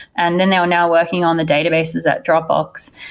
and then they are now working on the databases at dropbox.